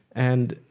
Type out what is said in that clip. and,